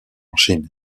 chine